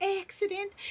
accident